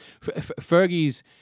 Fergie's